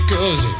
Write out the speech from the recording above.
Cause